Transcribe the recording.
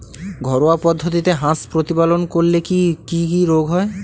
ঘরোয়া পদ্ধতিতে হাঁস প্রতিপালন করলে কি কি রোগ হয়?